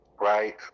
right